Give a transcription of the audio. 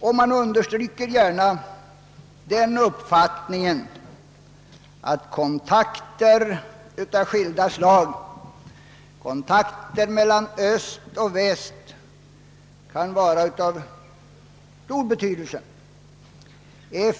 Och jag understryker gärna uppfattningen att kontakter av skilda slag mellan öst och väst kan vara av stor betydelse.